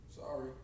Sorry